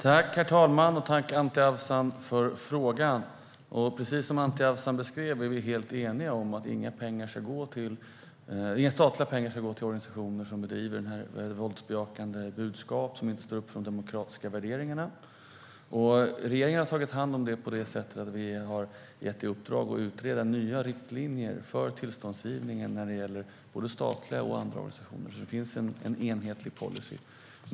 Herr talman! Tack, Anti Avsan, för frågan! Precis som Anti Avsan beskrev är vi helt eniga om att inga statliga pengar ska gå till organisationer som sprider våldsbejakande budskap och inte står upp för de demokratiska värderingarna. Regeringen har tagit hand om detta på det sättet att vi har gett i uppdrag att utreda nya riktlinjer för tillståndsgivningen när det gäller både statliga och andra organisationer så att det finns en enhetlig policy.